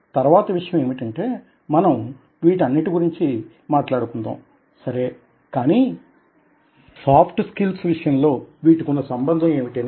తరువాతి విషయం ఏమిటంటే మనం వీటన్నిటి గురించి మాట్లాడుకుందాం సరే కానీ సాఫ్ట్ స్కిల్స్ విషయంలో వీటికున్న సంబంధం ఏమిటి అని